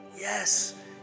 Yes